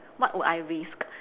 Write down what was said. what would I risk